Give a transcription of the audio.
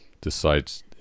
decides